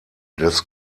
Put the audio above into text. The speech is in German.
des